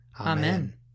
Amen